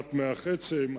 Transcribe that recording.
תרומת מוח עצם,